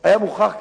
היה מוכח כנכון,